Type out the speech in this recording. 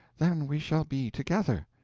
then we shall be together.